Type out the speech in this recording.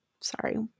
sorry